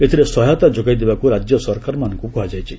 ଏଥିରେ ସହାୟତା ଯୋଗାଇ ଦେବାକୁ ରାଜ୍ୟ ସରକାରମାନଙ୍କୁ କୁହାଯାଇଛି